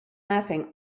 laughing